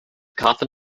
coffin